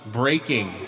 breaking